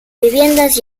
viviendas